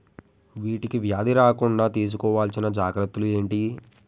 వీటికి వ్యాధి రాకుండా తీసుకోవాల్సిన జాగ్రత్తలు ఏంటియి?